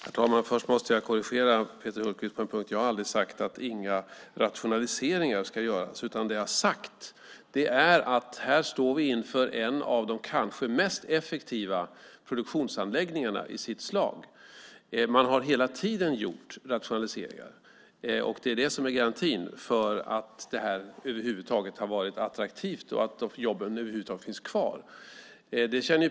Herr talman! Först måste jag korrigera Peter Hultqvist på en punkt. Jag har aldrig sagt att inga rationaliseringar ska göras. Det jag har sagt är att vi här står inför en av de kanske mest effektiva produktionsanläggningarna i sitt slag. Man har hela tiden gjort rationaliseringar, och det är det som är garantin för att det här över huvud taget har varit attraktivt och att jobben över huvud taget finns kvar.